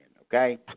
okay